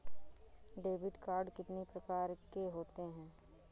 Debit card कितनी प्रकार के होते हैं?